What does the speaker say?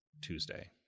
Tuesday